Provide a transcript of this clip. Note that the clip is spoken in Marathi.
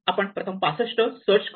आपण प्रथम 65 सर्च करू